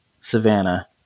Savannah